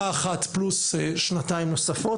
אחת פלוס שנתיים נוספות.